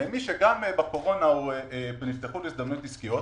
למי שגם בקורונה נפתחו לו הזדמנויות עסקיות,